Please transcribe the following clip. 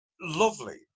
lovely